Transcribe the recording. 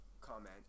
comment